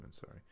sorry